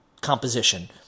composition